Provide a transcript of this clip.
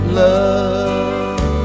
love